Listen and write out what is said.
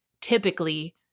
typically